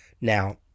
Now